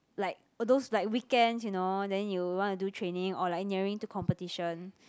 like those like weekends you know then you want to do training or like nearing to competition